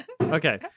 Okay